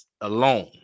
alone